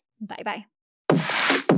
Bye-bye